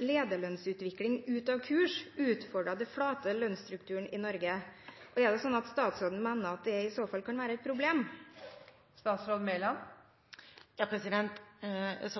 lederlønnsutvikling ute av kurs utfordrer den flate lønnsstrukturen i Norge, og mener statsråden at det i så fall kan være et problem? Som